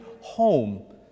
home